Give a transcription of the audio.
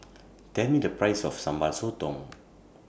Tell Me The Price of Sambal Sotong